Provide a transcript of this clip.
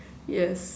yes